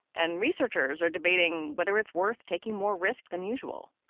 and researchers are debating whether it's worth taking more risk than usual.